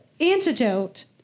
antidote